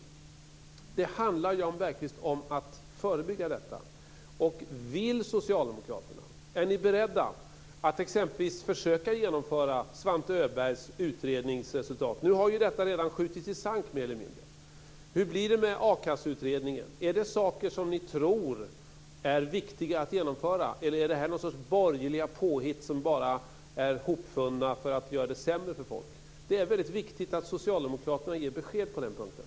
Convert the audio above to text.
Det handlar om att förebygga detta, Jan Bergqvist. Är ni socialdemokrater beredda att exempelvis försöka genomföra Svante Öbergs utredningsresultat? Nu har detta redan mer eller mindre skjutits i sank. Hur blir det med a-kasseutredningen? Är det saker som ni tror är viktiga att genomföra, eller anser ni att det bara är någon sorts "borgerliga påhitt", som är uppfunna för att göra det sämre för folk? Det är mycket viktigt att socialdemokraterna ger besked på den punkten.